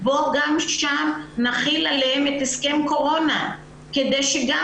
בוא גם שם נחיל עליהם את הסכם קורונה כדי שגם